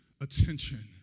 attention